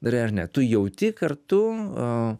darai ar ne tu jauti kartu